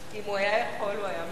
אם הוא היה יכול הוא היה משנה.